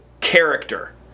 character